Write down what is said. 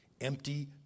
Empty